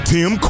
Tim